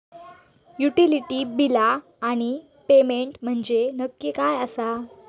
Utility बिला आणि payment म्हंजे नक्की काय आसा?